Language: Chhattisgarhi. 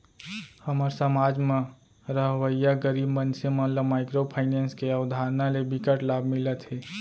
हमर समाज म रहवइया गरीब मनसे मन ल माइक्रो फाइनेंस के अवधारना ले बिकट लाभ मिलत हे